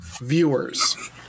viewers